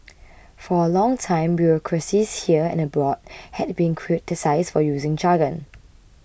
for a long time bureaucracies here and abroad have been criticised for using jargon